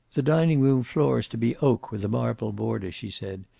the dining-room floor is to be oak, with a marble border, she said.